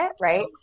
right